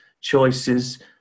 choices